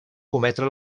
cometre